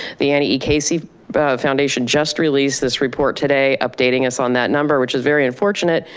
the annie e casey foundation just released this report today updating us on that number which is very unfortunate.